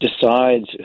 decides